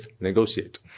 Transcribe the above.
negotiate